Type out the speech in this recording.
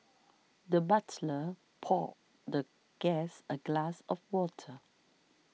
the butler poured the guest a glass of water